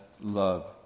love